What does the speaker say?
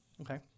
Okay